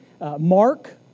Mark